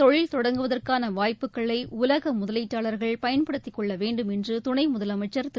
தொழில் தொடங்குவதற்கான வாய்ப்புகளை தமிழகத்தில் பயன்படுத்திக்கொள்ள வேண்டும் என்று துணை முதலமச்சர் திரு